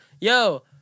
yo